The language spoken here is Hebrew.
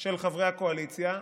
של חברי הקואליציה.